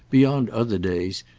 beyond other days,